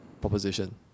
proposition